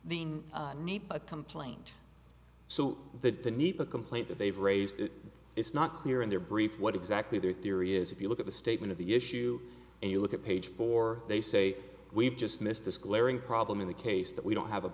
need a complaint so that the need a complaint that they've raised it's not clear in their brief what exactly their theory is if you look at the statement of the issue and you look at page four they say we've just missed this glaring problem in the case that we don't have a